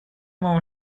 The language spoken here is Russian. ему